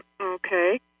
Okay